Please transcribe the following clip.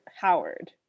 Howard